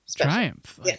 triumph